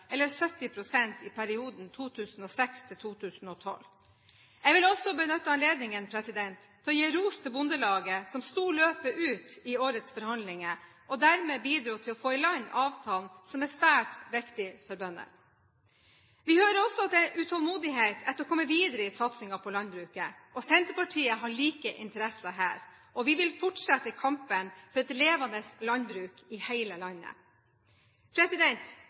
eller 70 pst., i perioden 2006–2012. Jeg vil også benytte anledningen til å gi ros til Bondelaget, som sto løpet ut i årets forhandlinger, og dermed bidro til å få i land avtalen, som er svært viktig for bøndene. Vi hører også at det er utålmodighet etter å komme videre i satsingen på landbruket, og Senterpartiet har like interesser her. Vi vil fortsette kampen for et levende landbruk i hele landet.